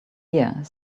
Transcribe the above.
year